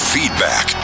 Feedback